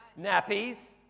nappies